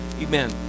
Amen